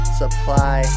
supply